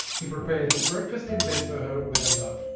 he prepared breakfast in bed for her with a note.